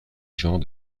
genre